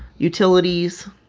utilities,